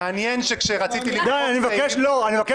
מעניין, כשרציתי --- לא, אני מבקש.